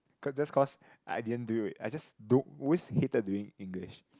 cause just cause I didn't do it I just don't always hated doing English